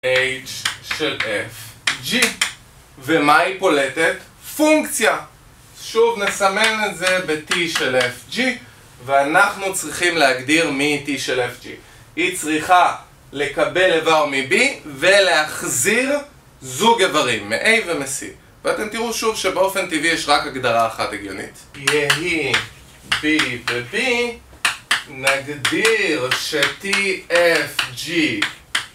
h של fg ומה היא פולטת? פונקציה! שוב נסמן את זה בt של fg ואנחנו צריכים להגדיר מי t של fg היא צריכה לקבל איבר מb ולהחזיר זוג איברים מa ומc ואתם תראו שוב שבאופן טבעי יש רק הגדרה אחת הגיונית יהי b וb נגדיר שtfg